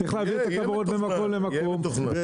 צריך להעביר את הכוורות ממקום למקום.